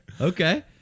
Okay